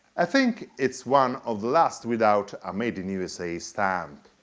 i think it's one of the last without a made in u s a. stamp.